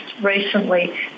recently